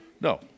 no